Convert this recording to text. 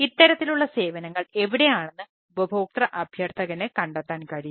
ഇത്തരത്തിലുള്ള സേവനങ്ങൾ എവിടെയാണെന്ന് ഉപഭോക്തൃ അഭ്യർത്ഥകന് കണ്ടെത്താൻ കഴിയും